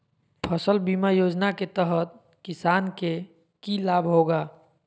फसल बीमा योजना के तहत किसान के की लाभ होगा?